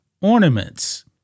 ornaments